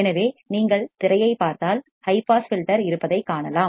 எனவே நீங்கள் திரையைப் பார்த்தால் ஹை பாஸ் ஃபில்டர் இருப்பதைக் காணலாம்